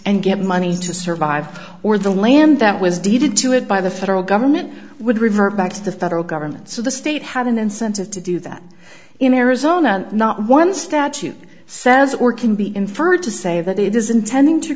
and get money to survive or the land that was deeded to it by the federal government would revert back to the federal government so the state had an incentive to do that in arizona not one statute says or can be inferred to say that it is intending to